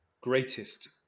greatest